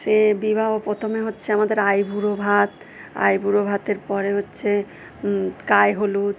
সে বিবাহ প্রথমে হচ্ছে আমাদের আইবুড়ো ভাত আইবুড়ো ভাতের পরে হচ্ছে গায়ে হলুদ